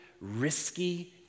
risky